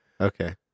Okay